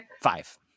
five